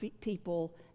people